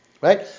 right